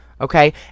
Okay